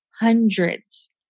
hundreds